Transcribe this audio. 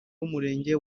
w’umurenge